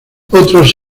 otros